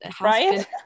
right